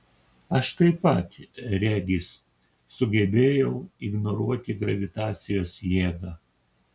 aš taip pat regis sugebėjau ignoruoti gravitacijos jėgą